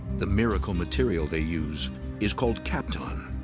the miracle material they use is called kapton,